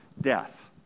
death